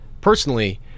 personally –